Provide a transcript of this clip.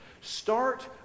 Start